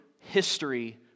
history